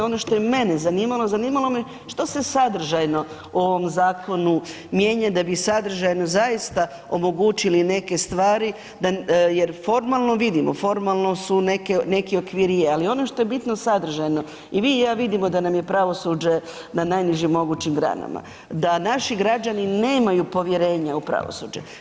Ono što je mene zanimalo, zanimalo me što se sadržajno u ovom zakonu mijenja da bi sadržajno zaista omogućili neke stvari jer formalno vidimo, formalno su neki okvir je, ali ono što je bitno sadržajno, i vi i ja vidimo da nam je pravosuđe na najnižim mogućim granama, da naši građani nemaju povjerenja u pravosuđe.